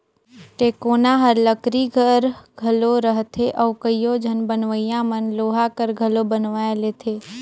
टेकोना हर लकरी कर घलो रहथे अउ कइयो झन बनवइया मन लोहा कर घलो बनवाए लेथे